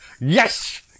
yes